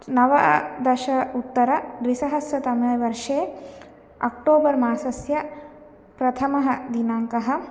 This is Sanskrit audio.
नव दश उत्तरद्विसहस्रतमेवर्षे अक्टोबर् मासस्य प्रथमः दिनाङ्कः